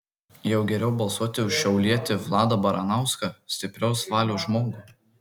jau geriau balsuoti už šiaulietį vladą baranauską stiprios valios žmogų